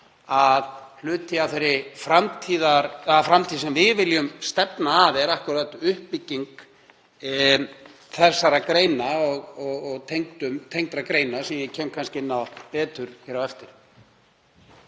að hluti af þeirri framtíð sem við viljum stefna að er akkúrat uppbygging þessara greina og tengdra greina, sem ég kem kannski betur inn á á eftir.